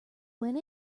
went